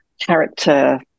character